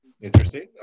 Interesting